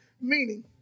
Meaning